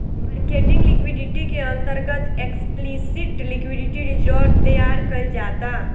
marketing liquidity के अंतर्गत explicit liquidity reserve तैयार कईल जाता